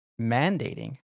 mandating